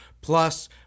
plus